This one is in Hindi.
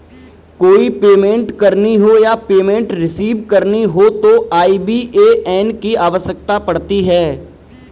कोई पेमेंट करनी हो या पेमेंट रिसीव करनी हो तो आई.बी.ए.एन की आवश्यकता पड़ती है